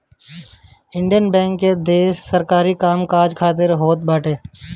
Indian bank देस के सरकारी काम काज खातिर होत बाटे